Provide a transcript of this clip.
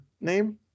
name